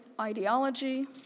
ideology